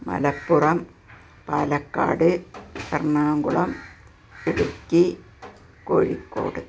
Malappuram Palakkad Ernakulam Idukki Kozhikode